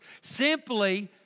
Simply